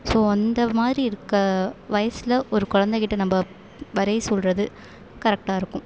so அந்த மாதிரி இருக்க வயசில் ஒரு குழந்தக்கிட்ட நம்ப வரைய சொல்லுறது கரெக்டாக இருக்கும்